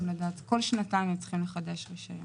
כל שנתיים הם צריכים לחדש.